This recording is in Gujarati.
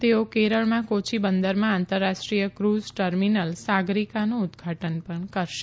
તેઓ કેરળમાં કોચી બંદરમાં આંતરરાષ્ટ્રીય ક્રઝ ટર્મીનલ સાગરીકાનું ઉદઘાટન પણ કરશે